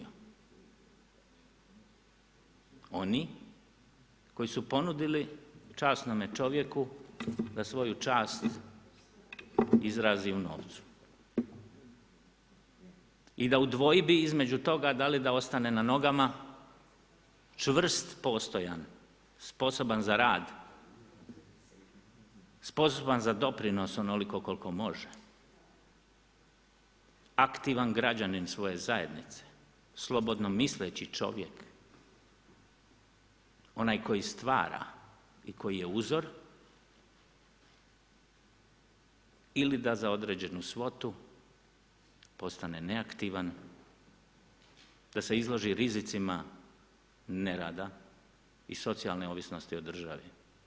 Oni koji su ponudili časnome čovjeku da svoju čast izrazi u novcu i da u dvojbi između toga da li da ostane na nogama čvrst, postojan, sposoban za rad, sposoban za doprinos onoliko koliko može, aktivan građanin svoje zajednice, slobodno misleći čovjek, onaj koji stvara i koji je uzor ili da za određenu svotu postane neaktivan, da se izloži rizicima nerada i socijalne ovisnosti o državi.